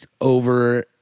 over